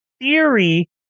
theory